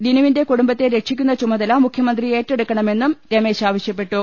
ലിനുവിന്റെ കുടുംബത്തെ രക്ഷിക്കുന്ന ചുമതല മുഖ്യമന്ത്രി ഏറ്റെടുക്കണമെന്നും രമേശ് ആവശ്യപ്പെട്ടു